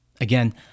Again